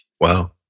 Wow